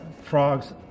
frogs